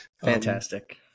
Fantastic